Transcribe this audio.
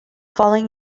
following